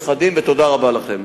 תודה רבה לכם.